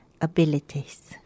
abilities